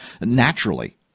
naturally